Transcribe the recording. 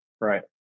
Right